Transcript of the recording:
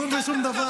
אתה שנה וחצי פה,